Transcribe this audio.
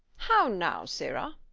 how now, sirrah!